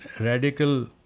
radical